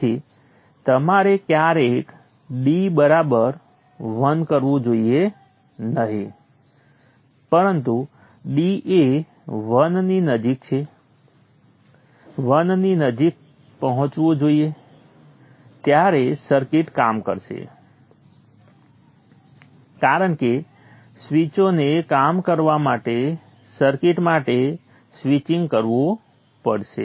તેથી તમારે ક્યારેય d બરાબર 1 કરવું જોઇએ નહીં પરંતુ d એ 1 ની નજીક છે 1 ની નજીક પહોંચવું જોઇએ ત્યારે સર્કિટ કામ કરશે કારણ કે સ્વીચોને કામ કરવા માટે સર્કિટ માટે સ્વિચિંગ કરવું પડશે